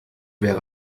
wäre